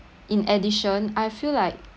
in addition I feel like